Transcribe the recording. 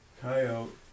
Coyote